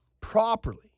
properly